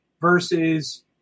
versus